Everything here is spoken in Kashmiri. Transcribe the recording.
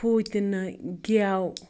پھوٗتِنہٕ گؠو